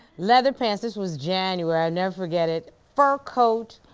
leather pants. this was january, never forget it. fur coat,